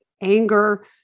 anger